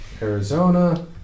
Arizona